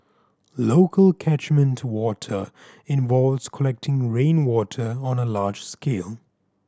local catchment water involves collecting rainwater on a large scale